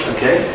Okay